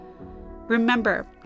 Remember